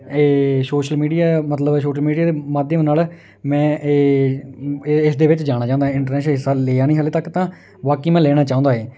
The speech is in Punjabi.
ਇਹ ਸੋਸ਼ਲ ਮੀਡੀਆ ਮਤਲਬ ਸੋਸ਼ਲ ਮੀਡੀਆ ਦੇ ਮਾਧਿਅਮ ਨਾਲ ਮੈਂ ਇਹ ਇਸ ਦੇ ਵਿੱਚ ਜਾਣਾ ਚਾਹੁੰਦਾ ਇੰਟਰਨੈਸ਼ਨਲ ਹਿੱਸਾ ਲਿਆ ਨਹੀਂ ਹਜੇ ਤੱਕ ਤਾਂ ਬਾਕੀ ਮੈਂ ਲੈਣਾ ਚਾਹੁੰਦਾ ਹੈ